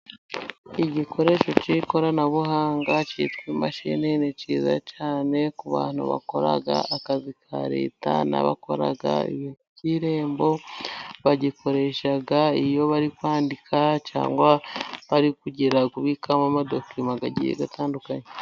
Igikoresho cy'ikoranabuhanga cyitwa imashini ni cyiza cyane, ku bantu bakora akazi ka leta n'abakora ibintu by'irembo, bagikoresha iyo bari kwandika cyangwa bari kugira kubikamo amadokima agiye atandukanye.